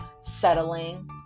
settling